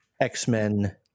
X-Men